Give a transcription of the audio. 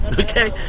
okay